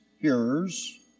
hearers